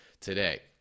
today